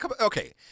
Okay